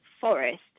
forest